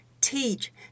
teach